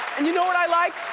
and you know what i like?